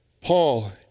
Paul